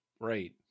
Right